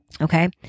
okay